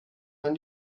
man